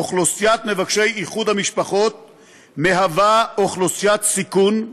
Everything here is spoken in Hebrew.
אוכלוסיית מבקשי איחוד משפחות היא אוכלוסיית סיכון,